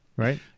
Right